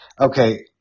Okay